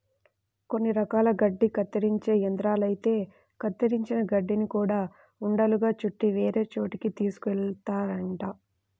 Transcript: కొన్ని రకాల గడ్డి కత్తిరించే యంత్రాలైతే కత్తిరించిన గడ్డిని గూడా ఉండలుగా చుట్టి వేరే చోటకి తీసుకెళ్తాయంట